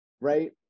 right